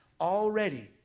Already